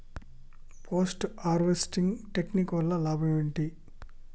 Post harvesting technique వల్ల లాభం ఏంటి?